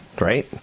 right